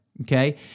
okay